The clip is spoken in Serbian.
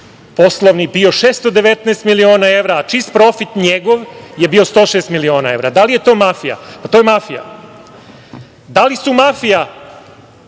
poslovni bio 619 miliona evra, a čist njegov profit je bio 106 miliona evra. Da li je to mafija? To je mafija. Da li su mafija